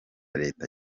leta